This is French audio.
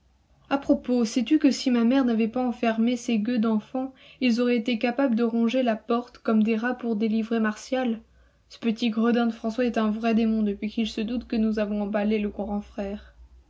à propos sais-tu que si ma mère n'avait pas enfermé ces gueux d'enfants ils auraient été capables de ronger la porte comme des rats pour délivrer martial ce petit gredin de françois est un vrai démon depuis qu'il se doute que nous avons emballé le grand frère